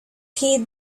heed